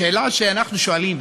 השאלה שאנחנו שואלים,